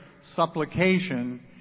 supplication